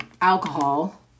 alcohol